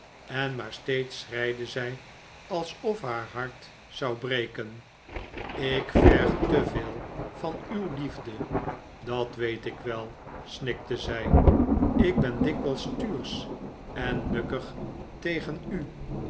en maar steeds schreide zij alsof haar hart zou breken ik verg te veel van uw liefde dit weet ik wel snikte zij ik ben dikwijls stuursch en nukkig tegen u